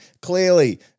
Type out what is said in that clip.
clearly